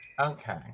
Okay